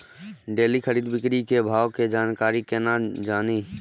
Daily खरीद बिक्री के भाव के जानकारी केना जानी?